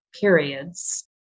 periods